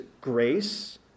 grace